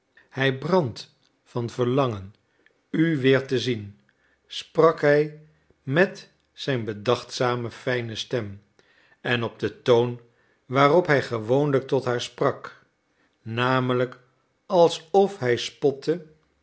hij brandt van verlangen u weer te zien sprak hij met zijn bedachtzame fijne stem en op den toon waarop hij gewoonlijk tot haar sprak namelijk alsof hij spotte